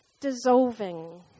Dissolving